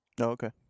okay